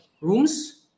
rooms